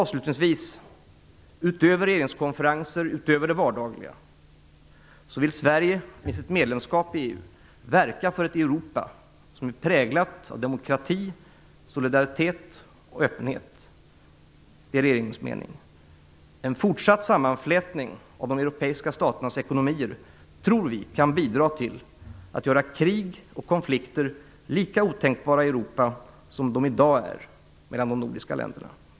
Avslutningsvis kan jag säga, att utöver regeringskonferensen och utöver det vardagliga vill Sverige med sitt medlemskap i EU verka för ett Europa som är präglat av demokrati, solidaritet och öppenhet. Det är regeringens mening. En fortsatt sammanflätning av de europeiska staternas ekonomier tror vi kan bidra till att göra krig och konflikter lika otänkbara i Europa som de i dag är mellan de nordiska länderna.